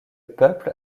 peuple